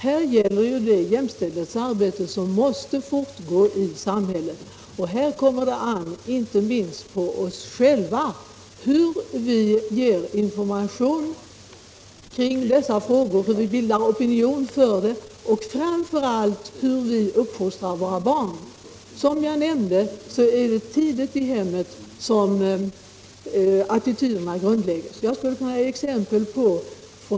Här gäller det ett arbete som måste fortgå jämsides i samhället, och då beror det inte minst på oss själva att vi ger information i dessa frågor, att vi bildar opinion och, framför allt, att vi uppfostrar våra barn rätt. Som jag nämnde är det i hemmet som attityderna grundläggs, och det sker på ett mycket tidigt stadium.